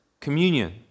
communion